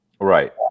Right